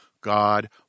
God